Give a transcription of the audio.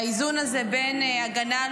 האיזון הזה בין הגנה על